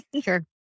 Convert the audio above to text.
Sure